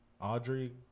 Audrey